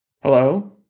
Hello